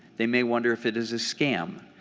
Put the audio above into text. they may wonder if it is a scam.